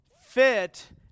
fit